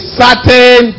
certain